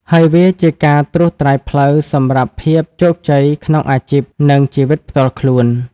ហើយវាជាការត្រួសត្រាយផ្លូវសម្រាប់ភាពជោគជ័យក្នុងអាជីព និងជីវិតផ្ទាល់ខ្លួន។